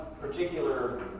particular